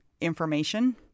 information